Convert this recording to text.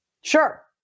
sure